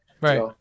Right